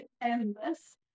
endless